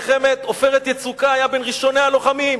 במלחמת "עופרת יצוקה" היה בין ראשוני הלוחמים.